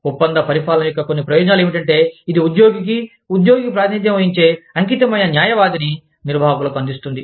ఒప్పంద పరిపాలన యొక్క కొన్ని ప్రయోజనాలు ఏమిటంటే ఇది ఉద్యోగికి ఉద్యోగికి ప్రాతినిధ్యం వహించే అంకితమైన న్యాయవాదిని నిర్వాహకులకు అందిస్తుంది